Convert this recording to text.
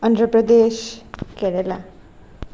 Andhra Pradesh Kerala